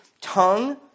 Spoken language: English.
tongue